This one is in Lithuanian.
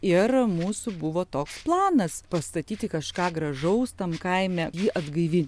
ir mūsų buvo toks planas pastatyti kažką gražaus tam kaime jį atgaivint